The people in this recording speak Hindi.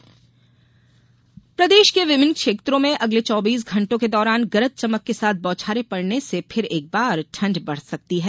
मौसम प्रदेश के विभिन्न क्षेत्रों में अगले चौबीस घंटो के दौरान गरज चमक के साथ बौछारें पडने से फिर एक बार ठंड बढ़ सकती है